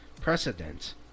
precedent